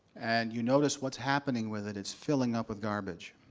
and you notice what's happening with it, it's filling up with garbage.